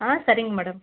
ஆ சரிங்க மேடம்